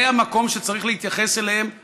זה המקום שצריך להתייחס אליהם בזהירות,